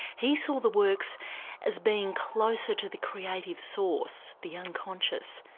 he saw the works as being closer to the creative source, the unconscious,